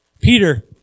Peter